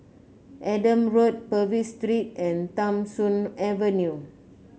Adam Road Purvis Street and Tham Soong Avenue